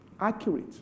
Accurate